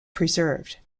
preserved